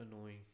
annoying